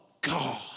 God